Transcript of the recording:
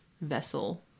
vessel